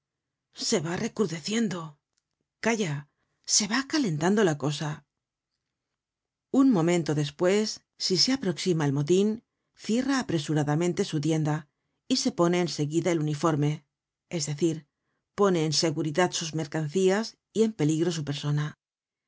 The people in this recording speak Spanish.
se va recrudeciendo calla jse va calentando la cosal un momento despues si se aproxima el motin cierra apresuradamente su tienda y se pone en seguida el uniforme es decir pone en seguridad sus mercancías y en peligro su persona